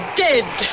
dead